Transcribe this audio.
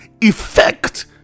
effect